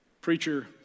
preacher